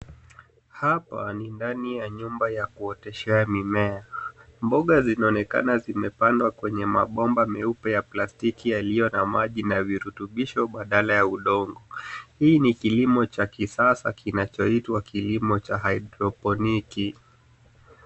Hapa ni ndani ya nyumba ya kuoteshea mimea. Mboga zinaonekana zimepandwa kenye mabomba meupe ya plastiki yaliyo na maji na virutubisho badala ya udongo. Hii ni kilimo cha kisasa kinachoitwa kilimo cha haidroponiki.